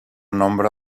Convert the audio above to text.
nombre